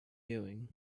doing